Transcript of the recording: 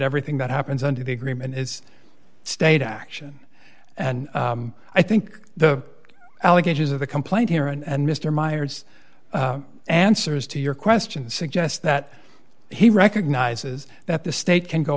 everything that happens under the agreement is state action and i think the allegations of the complaint here and mr meyers answers to your question suggests that he recognizes that the state can go